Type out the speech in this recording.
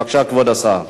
בבקשה, כבוד השר.